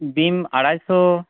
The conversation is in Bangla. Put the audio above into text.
ডিম আড়াইশো